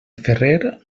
ferrer